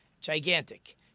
gigantic